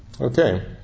Okay